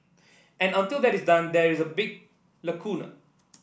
and until that is done there is a big lacuna